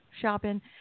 shopping